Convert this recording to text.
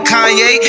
Kanye